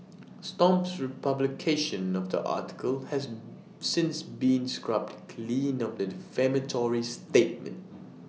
stomp's republication of the article has since been scrubbed clean of the defamatory statement